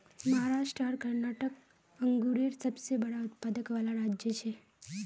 महाराष्ट्र आर कर्नाटक अन्गुरेर सबसे बड़ा उत्पादक वाला राज्य छे